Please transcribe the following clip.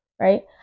right